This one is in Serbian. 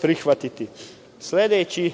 prihvatiti. Sledeći